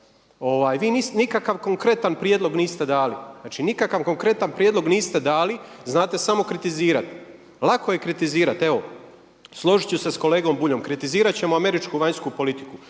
nikakav konkretan prijedlog niste dali. Znate samo kritizirati. Lako je kritizirati. Evo složit ću se sa kolegom Buljom kritizirat ćemo američku vanjsku politiku